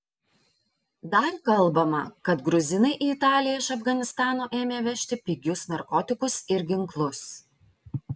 dar kalbama kad gruzinai į italiją iš afganistano ėmė vežti pigius narkotikus ir ginklus